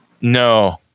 No